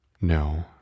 No